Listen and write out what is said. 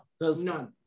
None